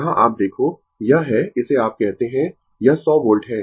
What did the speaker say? यहां आप देखो यह है इसे आप कहते है यह 100 वोल्ट है